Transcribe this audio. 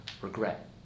regret